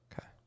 Okay